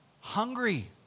hungry